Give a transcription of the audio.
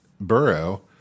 Burrow